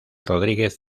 rodríguez